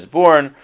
born